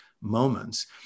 moments